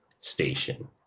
station